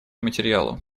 материалу